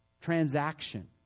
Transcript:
transaction